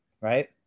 right